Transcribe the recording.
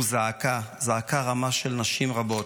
הוא זעקה רמה של נשים רבות,